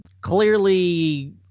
clearly